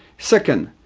second,